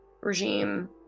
regime